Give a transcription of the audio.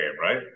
right